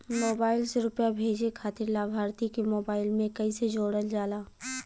Mobile से रूपया भेजे खातिर लाभार्थी के मोबाइल मे कईसे जोड़ल जाला?